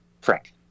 Frank